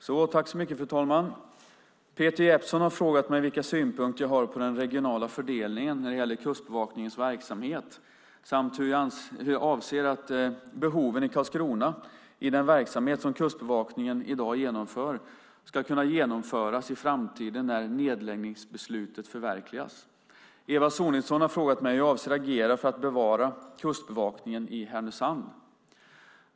Fru talman! Peter Jeppsson har frågat mig vilka synpunkter jag har på den regionala fördelningen när det gäller Kustbevakningens verksamhet samt hur jag avser att behoven i Karlskrona, i den verksamhet som Kustbevakningen i dag genomför, ska kunna genomföras i framtiden när nedläggningsbeslutet förverkligas. Eva Sonidsson har frågat mig hur jag avser att agera för att bevara Kustbevakningen i Härnösand.